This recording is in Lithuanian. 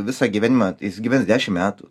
visą gyvenimą jis gyvens dešim metų